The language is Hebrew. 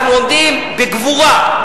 אנחנו עומדים בגבורה.